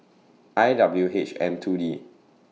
I W H M two D